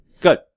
Good